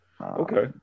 Okay